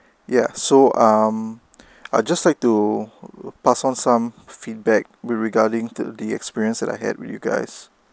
yeah so um I just like to pass on some feedback with regarding to the experience that I had with you guys